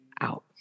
out